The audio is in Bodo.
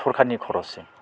सरकारनि खरसजों